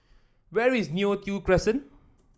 where is Neo Tiew Crescent